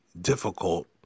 difficult